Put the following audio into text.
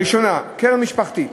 הראשון, קרן משפחתית